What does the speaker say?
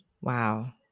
Wow